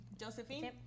Josephine